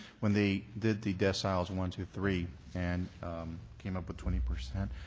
when they did the deciles one, two, three and came up with twenty percent,